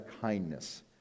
kindness